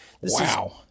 Wow